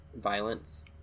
violence